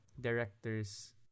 director's